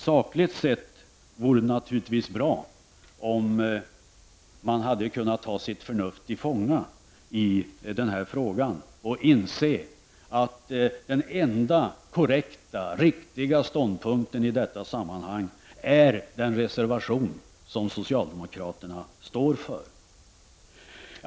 Sakligt sett vore det naturligtvis bra, om man hade kunnat ta sitt förnuft till fånga i denna fråga och insett att den enda riktiga ståndpunkten i detta sammanhang är den som återges i den reservation som socialdemokraterna står för.